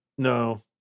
no